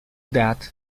that